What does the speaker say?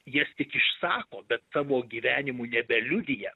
jas tik išsako bet savo gyvenimu nebeliudija